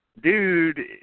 dude